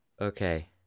Okay